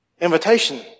invitation